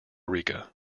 rica